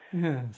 Yes